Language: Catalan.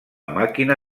màquina